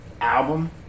album